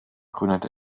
gründete